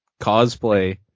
cosplay